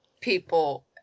people